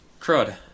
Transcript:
crud